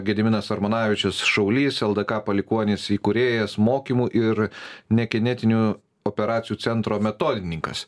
gediminas armonavičius šaulys eldka palikuonis įkūrėjas mokymų ir nekinetinių operacijų centro metodininkas